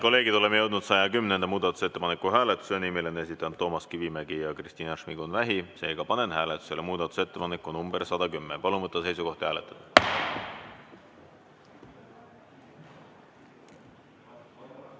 kolleegid, oleme jõudnud 110. muudatusettepaneku hääletuseni, mille on esitanud Toomas Kivimägi ja Kristina Šmigun-Vähi. Seega panen hääletusele muudatusettepaneku nr 110. Palun võtta seisukoht ja hääletada!